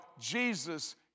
Jesus